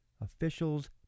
officials